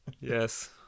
Yes